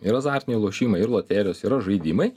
ir azartiniai lošimai ir loterijos yra žaidimai